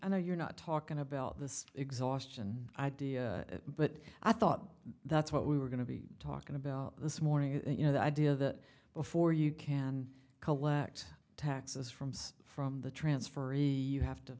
i know you're not talking about this exhaustion idea but i thought that's what we were going to be talking about this morning you know the idea that before you can collect taxes from stuff from the transfer e you have to